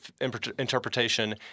interpretation